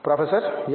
professor S